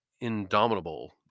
indomitable